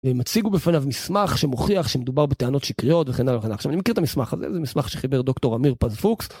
והם הציגו בפניו מסמך שמוכיח שמדובר בטענות שקריות וכן הלאה וכן הלאה. עכשיו אני מכיר את המסמך הזה, זה מסמך שחיבר דוקטור אמיר פז פוקס.